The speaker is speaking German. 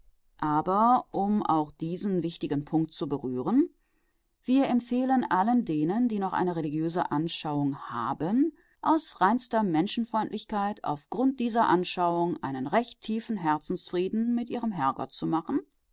aber um auch diesen wichtigen punkt zu berühren wir empfehlen allen denen die noch eine religiöse anschauung haben aus reinster menschenfreundlichkeit auf grund dieser anschauung einen recht tiefen herzensfrieden mit ihrem herrgott zu machen